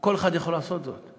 כל אחד יכול לעשות זאת.